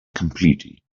completely